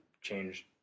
changed